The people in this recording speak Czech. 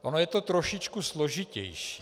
Ono je to trošičku složitější.